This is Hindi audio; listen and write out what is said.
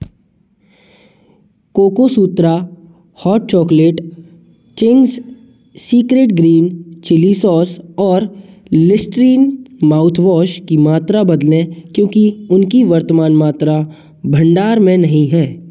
cocoa Sutra hot chocolate Ching's secret green chilli sauce और लिस्ट्रीन माउथ वॉश की मात्रा बदलें क्योंकि उनकी वर्तमान मात्रा भंडार में नहीं है